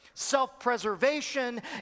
self-preservation